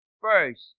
First